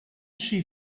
she